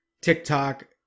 TikTok